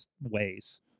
ways